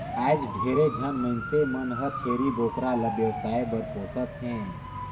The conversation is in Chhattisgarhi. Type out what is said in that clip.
आयज ढेरे झन मइनसे मन हर छेरी बोकरा ल बेवसाय बर पोसत हें